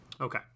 Okay